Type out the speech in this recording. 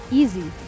easy